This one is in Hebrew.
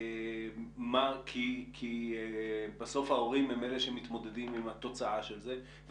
כי בסוף ההורים הם אלה שמתמודדים עם התוצאה של זה,